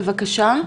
בבקשה.